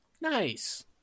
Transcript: nice